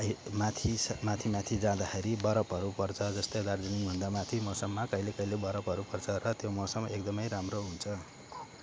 माथि स माथि माथि जाँदाखेरि बरफहरू पर्छ जस्तै दार्जिलिङभन्दा माथि मौसममा कहिले कहिले बरफहरू पर्छ र त्यो मौसम एकदमै राम्रो हुन्छ